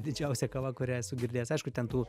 didžiausia kava kurią esu girdėjęs aišku ten tų